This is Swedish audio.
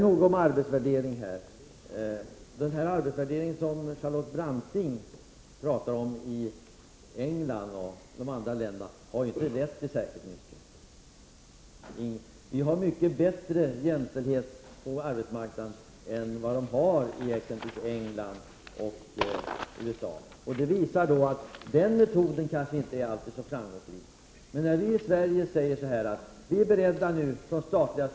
Den arbetsvärdering i England och andra länder som Charlotte Branting talar om har inte lett till särskilt mycket. Jämställdheten på arbetsmarknaden hos oss i Sverige är mycket större än i exempelvis England och USA. Det visar att de metoder man tillämpar i dessa länder kanske inte alltid är så framgångsrika.